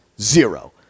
Zero